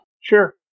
Sure